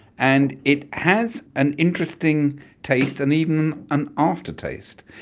and it has an interesting taste and even an aftertaste.